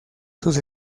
sus